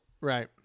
right